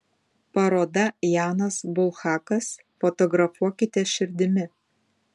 paroda janas bulhakas fotografuokite širdimi